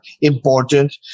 important